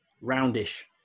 roundish